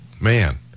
man